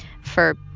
for-